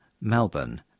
Melbourne